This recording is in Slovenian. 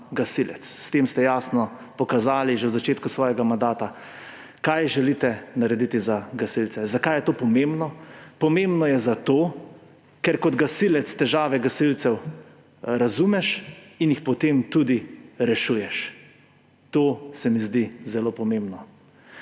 S tem ste jasno pokazali že na začetku svojega mandata, kaj želite narediti za gasilce. Zakaj je to pomembno? Pomembno je zato, ker kot gasilec težave gasilcev razumeš in jih potem tudi rešuješ. To se mi zdi zelo pomembno.